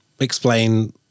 explain